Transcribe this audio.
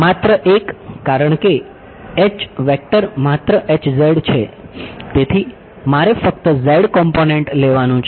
માત્ર એક કારણ કે વેક્ટર માત્ર છે તેથી મારે ફક્ત z કોમ્પોનેંટ લેવાનું છે